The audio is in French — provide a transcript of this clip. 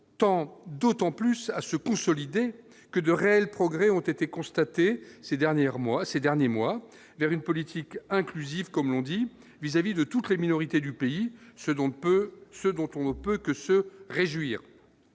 tant d'autant plus à se consolider que de réels progrès ont été constatés ces dernières mois, ces derniers mois, vers une politique inclusif, comme l'on dit vis-à-vis de toutes les minorités du pays ce dont peu ce dont on ne peut que se réjouir,